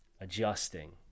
adjusting